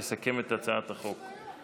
יסכם את הצעת החוק.